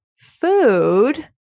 food